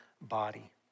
body